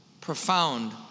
profound